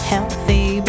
healthy